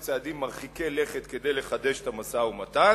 צעדים מרחיקי לכת כדי לחדש את המשא-ומתן.